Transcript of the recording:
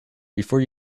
before